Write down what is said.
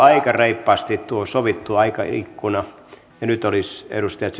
aika reippaasti tuo sovittu aikaikkuna nyt olisi edustaja